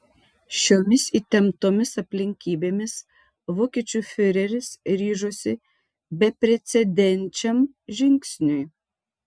šiomis įtemptomis aplinkybėmis vokiečių fiureris ryžosi beprecedenčiam žingsniui